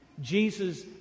Jesus